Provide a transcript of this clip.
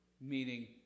meaning